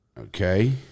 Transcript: Okay